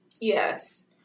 Yes